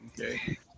Okay